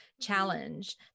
challenge